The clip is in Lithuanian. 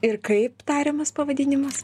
ir kaip tariamas pavadinimas